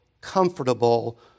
comfortable